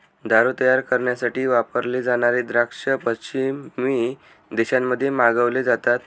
दारू तयार करण्यासाठी वापरले जाणारे द्राक्ष पश्चिमी देशांमध्ये मागवले जातात